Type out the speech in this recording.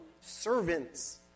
servants